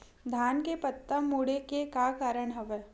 धान के पत्ता मुड़े के का कारण हवय?